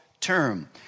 term